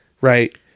right